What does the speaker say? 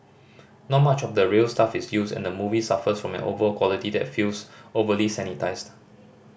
not much of the real stuff is used and the movie suffers from an overall quality that feels overly sanitised